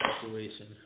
situation